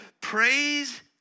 praise